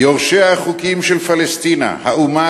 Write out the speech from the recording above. יורשיה החוקיים של פלשתינה, האומה